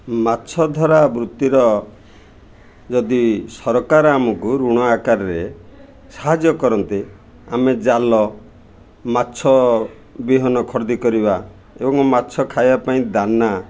ମାଛ ଧରା ବୃତ୍ତିର ଯଦି ସରକାର ଆମକୁ ଋଣ ଆକାରରେ ସାହାଯ୍ୟ କରନ୍ତେ ଆମେ ଜାଲ ମାଛ ବିହନ ଖରିଦି କରିବା ଏବଂ ମାଛ ଖାଇବା ପାଇଁ ଦାନା